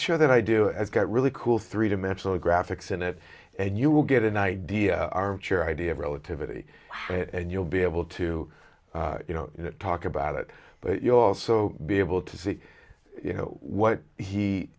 show that i do i've got really cool three dimensional graphics in it and you will get an idea armchair idea of relativity and you'll be able to talk about it but you also be able to see you know what he